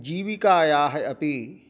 जीविकायाः अपि